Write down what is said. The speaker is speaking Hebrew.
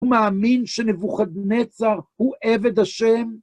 הוא מאמין שנבוכדנצר הוא עבד השם?